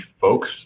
folks